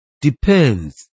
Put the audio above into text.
depends